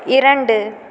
இரண்டு